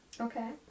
Okay